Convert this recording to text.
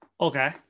Okay